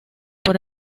por